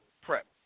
prep